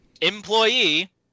employee